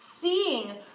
seeing